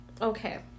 Okay